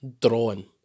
drawing